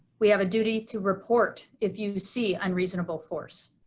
we have a duty to report if you see unreasonable force.